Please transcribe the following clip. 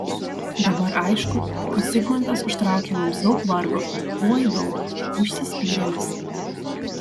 dabar aišku kad zigmantas užtraukė mums daug vargo oi daug užsispyrėlis